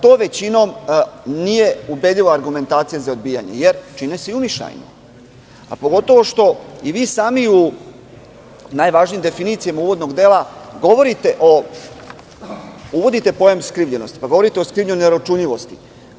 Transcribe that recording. To – većinom, nije ubedljiva argumentacija za odbijanje, jer se čine i umišljajno, pogotovo što u najvažnijim definicijama uvodnog dela govorite i uvodite pojam skrivljenosti, pa govorite o skrivljenoj neuračunljivosti.